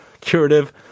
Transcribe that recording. curative